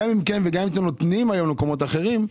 גם אם כן ואם אתם נותנים היום למקומות אחרים,